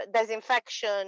disinfection